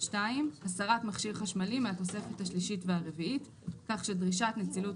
הסרת מכשיר חשמלי מהתוספת השלישית והרביעית כך שדרישת נצילות